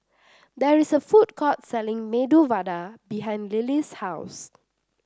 there is a food court selling Medu Vada behind Lily's house